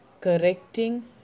correcting